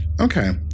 Okay